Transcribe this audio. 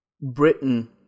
Britain